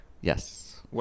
Yes